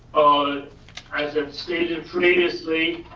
um as i've stated previously,